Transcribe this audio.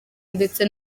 ndetse